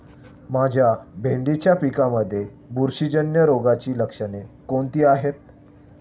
माझ्या भेंडीच्या पिकामध्ये बुरशीजन्य रोगाची लक्षणे कोणती आहेत?